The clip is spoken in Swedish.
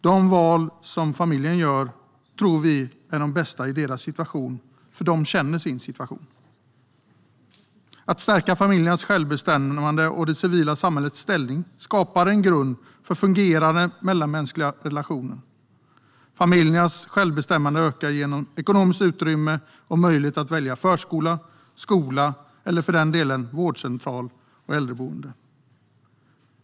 De val som familjen gör tror vi är de bästa i deras situation, för de känner sin situation. Att stärka familjernas självbestämmande och det civila samhällets ställning skapar en grund för fungerande mellanmänskliga relationer. Familjernas självbestämmande ökar genom ekonomiskt utrymme och möjlighet att välja förskola, skola eller för den delen vårdcentral eller äldreboende.